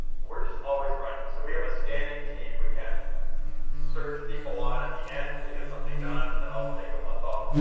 we're just always running. so we have a standing team. we can't search people on at the end to get something done and then i'll take a month off.